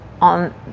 on